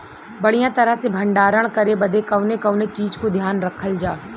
बढ़ियां तरह से भण्डारण करे बदे कवने कवने चीज़ को ध्यान रखल जा?